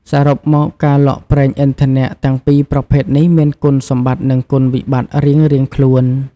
សរុបមក ការលក់ប្រេងឥន្ធនៈទាំងពីរប្រភេទនេះមានគុណសម្បត្តិនិងគុណវិបត្តិរៀងៗខ្លួន។